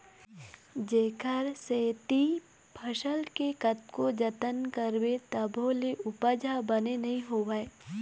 जेखर सेती फसल के कतको जतन करबे तभो ले उपज ह बने नइ होवय